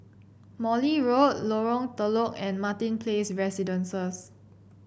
Morley Road Lorong Telok and Martin Place Residences